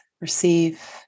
receive